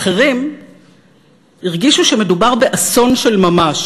אחרים הרגישו שמדובר באסון של ממש,